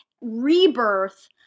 rebirth